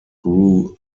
through